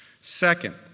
Second